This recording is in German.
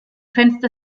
fenster